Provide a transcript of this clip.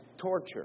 torture